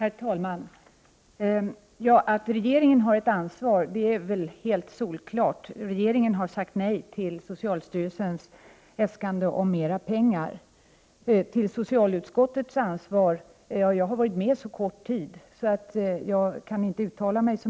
Herr talman! Att regeringen har ett ansvar är solklart. Regeringen har sagt nej till socialstyrelsens äskande om mera pengar. Beträffande socialutskottets ansvar har jag varit med för kort tid för att kunna uttala mig.